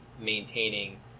maintaining